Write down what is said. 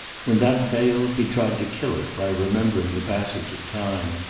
when that failed he tried to kill it by remembering the passage of time,